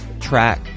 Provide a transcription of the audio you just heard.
track